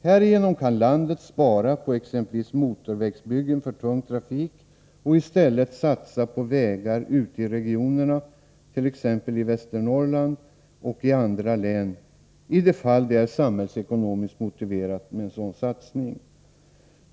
Härigenom kan landet spara på bl.a. motorvägsbyggen för tung trafik och stället satsa på vägar ute i regionerna, t.ex. i Västernorrland, i de fall det är samhällsekonomiskt motiverat med en sådan satsning.